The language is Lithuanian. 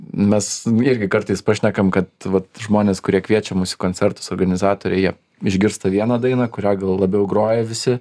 mes irgi kartais pašnekam kad vat žmonės kurie kviečia mus į koncertus organizatoriai jie išgirsta vieną dainą kurią gal labiau groja visi